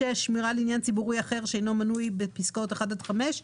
שמירה על עניין ציבורי אחר שאינו מנוי בפסקאות (1) עד (5),